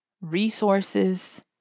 resources